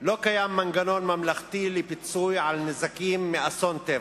לא קיים מנגנון ממלכתי לפיצוי על נזקים מאסון טבע.